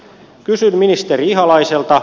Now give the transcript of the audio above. kysyn ministeri ihalaiselta